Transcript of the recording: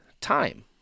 time